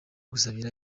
gusabira